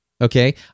okay